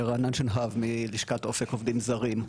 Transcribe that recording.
רענן שנהב מלשכת אופק עובדים זרים.